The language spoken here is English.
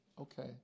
Okay